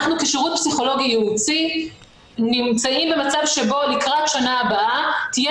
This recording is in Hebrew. אנחנו כשירות פסיכולוגי ייעוצי נמצאים במצב שבו לקראת השנה הבאה תהיה